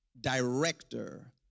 director